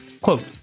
quote